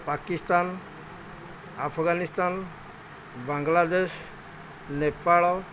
Pakistan Afghanistan Bangladesh Nepal